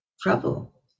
trouble